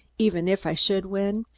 even if i should win,